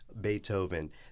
Beethoven